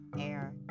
air